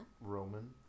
Roman